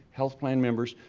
health plan members,